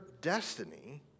destiny